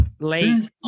Late